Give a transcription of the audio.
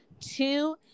Two